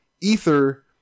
ether